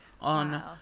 on